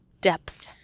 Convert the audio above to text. depth